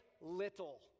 little